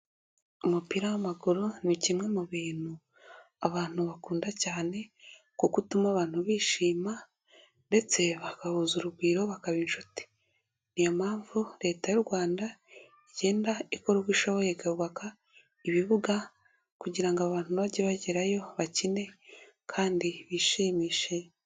Umupira w'maguru ni kimwe mu bintu abantu bakunda cyane kuko ituma abantu bishima ndetse bagahuza urugwiro bakaba inshuti, ni iyo mpamvu leta y'u Rwanda igenda ikora uko ishoboye ikubaka ibibuga kugira ngo abantu bajye bagerayo bakine kandi bishimishe.